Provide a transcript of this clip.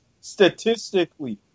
statistically